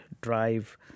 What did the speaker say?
drive